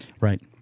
Right